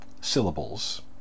syllables